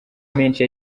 menshi